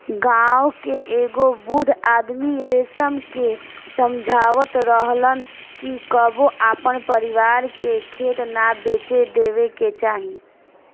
गांव के एगो बूढ़ आदमी रमेश के समझावत रहलन कि कबो आपन परिवार के खेत ना बेचे देबे के चाही